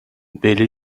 били